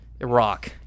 Iraq